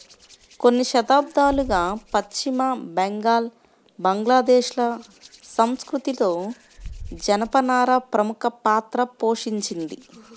కొన్ని శతాబ్దాలుగా పశ్చిమ బెంగాల్, బంగ్లాదేశ్ ల సంస్కృతిలో జనపనార ప్రముఖ పాత్ర పోషించింది